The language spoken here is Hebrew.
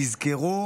תזכרו